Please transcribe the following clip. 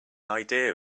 idea